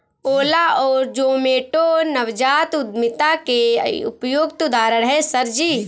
ओला और जोमैटो नवजात उद्यमिता के उपयुक्त उदाहरण है सर जी